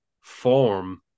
form